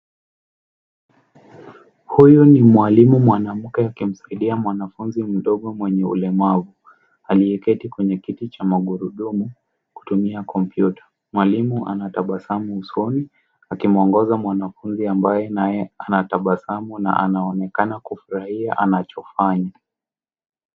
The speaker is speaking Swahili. Huyu ni mwalimu mwanamke akimsaidia mwanfunzi mdogo mwenye ulemavu aliyeketi kwenye kiti cha magurudumu kutumia kompyuta. mwalimu anatabasamu usoni akimwongoza mwanafunzi ambaye naye anatabasamu na anaonekana kufurahia anachofanya.